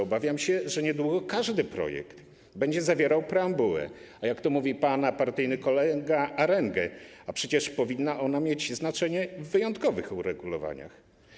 Obawiam się, że niedługo każdy projekt będzie zawierał preambułę, a jak to mówi pana partyjny kolega: arengę, a przecież powinna ona mieć znaczenie w wyjątkowych uregulowaniach.